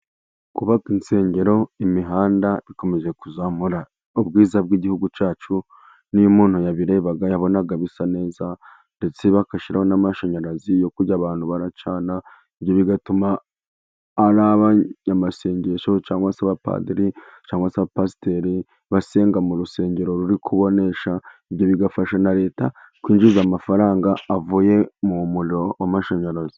Kubaka insengero, imihanda bikomeje kuzamura ubwiza bw'igihugu cyacu n'iyo umuntu yabireba yabona bisa neza, ndetse bagashyiraho n'amashanyarazi yo kujya abantu bacana, ibyo bigatuma ari abanyamasengesho cyangwa se abapadiri cyangwa se abapasiteri basenga mu rusengero ruri kubonesha, ibyo bigafasha na leta kwinjiza amafaranga avuye mu muriro w'amashanyarazi.